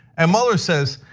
and mueller says,